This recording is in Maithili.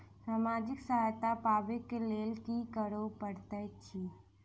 सामाजिक सहायता पाबै केँ लेल की करऽ पड़तै छी?